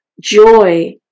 joy